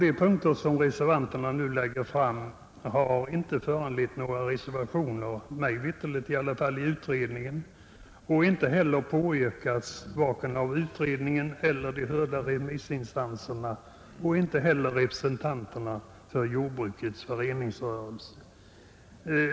De frågor som reservanterna tar upp har inte, mig veterligt, föranlett några skilda ståndpunkter varken inom utredningen, hos remissinstanserna eller bland representanterna för jordbrukets föreningsrörelse.